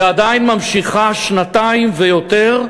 והיא עדיין ממשיכה, שנתיים ויותר,